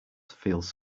feels